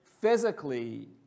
physically